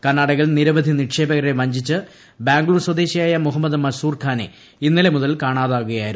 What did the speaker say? കർണ്ണാടകയിൽ നിരവധി നിക്ഷേപകരെ വഞ്ചിച്ച ബാംഗ്ലൂർ സ്വദേശിയായ മുഹമ്മദ് മൻസൂർ ഖാനെ ഇന്നലെ മുതൽ കാണാതാകുകയായിരുന്നു